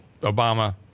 Obama